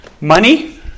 Money